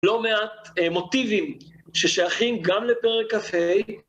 לא מעט מוטיבים ששייכים גם לפרק כ"ה.